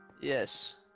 Yes